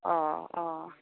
अ अ